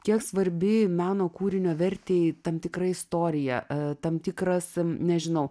kiek svarbi meno kūrinio vertei tam tikra istorija tam tikras nežinau